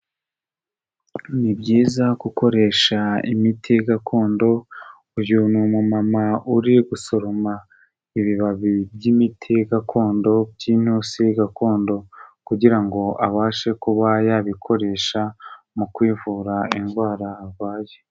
Ni byiza gukoresha imiti gakondo, uyu ni umumama uri gusoroma ibibabi by'imiti gakondo by'intusi gakondo kugira ngo abashe kuba yabikoresha mu kwivura indwara arwaye.